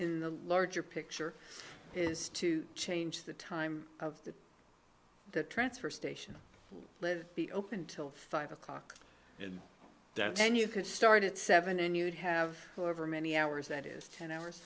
in the larger picture is to change the time of the the transfer station live be open till five o'clock and that then you could start at seven and you'd have over many hours that is an hour